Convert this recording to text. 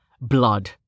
blood